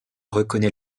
reconnait